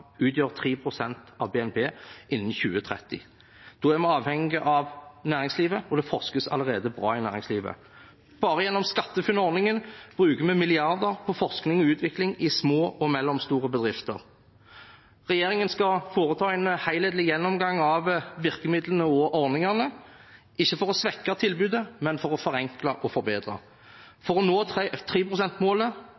av BNP innen 2030. Da er vi avhengig av næringslivet, og det forskes allerede bra i næringslivet. Bare gjennom SkatteFUNN-ordningen bruker vi milliarder på forskning og utvikling i små og mellomstore bedrifter. Regjeringen skal foreta en helhetlig gjennomgang av virkemidlene og ordningene – ikke for å svekke tilbudet, men for å forenkle og forbedre.